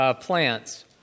plants